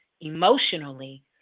emotionally